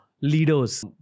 leaders